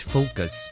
Focus